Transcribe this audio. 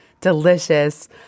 delicious